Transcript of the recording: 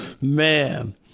Man